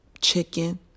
chicken